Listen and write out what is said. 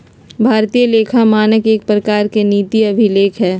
भारतीय लेखा मानक एक प्रकार के नीति अभिलेख हय